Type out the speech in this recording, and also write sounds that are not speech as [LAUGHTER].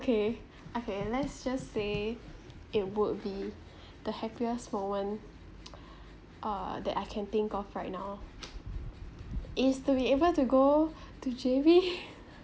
okay [BREATH] okay let's just say it would be [BREATH] the happiest moment [NOISE] uh that I can think of right now [NOISE] is to be able to go [BREATH] to J_B [LAUGHS]